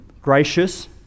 gracious